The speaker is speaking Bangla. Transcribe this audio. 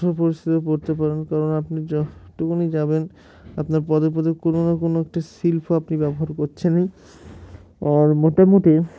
পরিস্থিতি পড়তে পারেন কারণ আপনি যতটুকুনি যাবেন আপনার পদে পদে কোনো না কোনো একটা শিল্প আপনি ব্যবহার করছেনই আর মোটামুটি